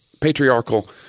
patriarchal –